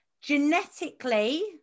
genetically